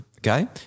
Okay